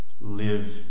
live